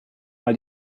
mal